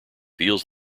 feels